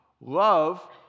Love